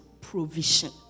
provision